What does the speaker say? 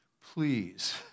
please